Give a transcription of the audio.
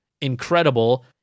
incredible